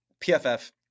PFF